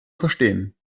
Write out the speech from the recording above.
verstehen